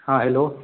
हाँ हैलो